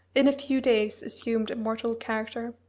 in a few days assumed a mortal character.